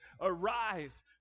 Arise